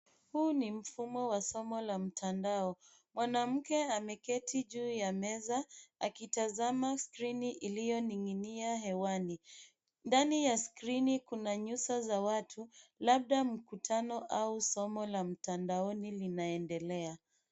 Huu ni mfumo wa somo la mtandao. Mwanamke ameketi juu ya meza, akitazama skirini iliyoning'inia hewani. Ndani ya skirini kuna nyuso za watu, labda mkutano au somo la mtandaoni linaendelea.